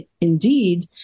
indeed